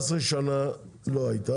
14 שנה לא הייתה,